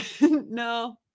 no